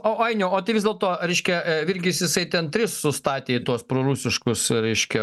o ainiau o tai vis dėlto reiškia virgis jisai ten tris sustatė į tuos prūsiškus reiškia